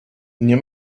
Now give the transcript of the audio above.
nie